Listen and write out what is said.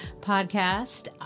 podcast